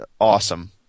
awesome